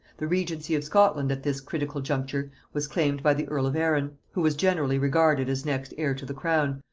the regency of scotland at this critical juncture was claimed by the earl of arran, who was generally regarded as next heir to the crown,